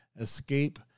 escape